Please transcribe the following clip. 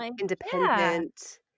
independent